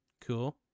Cool